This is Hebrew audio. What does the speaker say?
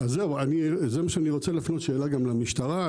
אני רוצה להפנות שאלה גם למשטרה.